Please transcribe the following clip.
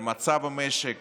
על מצב המשק